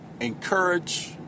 Encourage